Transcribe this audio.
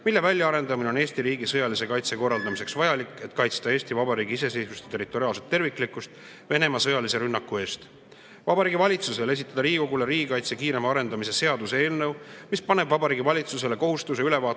mille väljaarendamine on Eesti riigi sõjalise kaitse korraldamiseks vajalik, et kaitsta Eesti Vabariigi iseseisvust ja territoriaalset terviklikkust Venemaa sõjalise rünnaku eest. Vabariigi Valitsusel tuleks esitada Riigikogule riigikaitse kiirema arendamise seaduse eelnõu, mis paneb Vabariigi Valitsusele kohustuse ülevaates